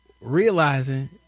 realizing